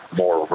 more